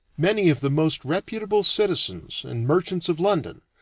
many of the most reputable citizens and merchants of london,